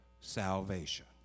salvation